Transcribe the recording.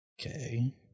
Okay